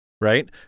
right